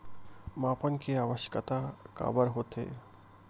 मापन के आवश्कता काबर होथे?